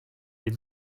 est